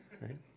Right